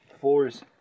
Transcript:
Fours